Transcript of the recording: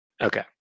Okay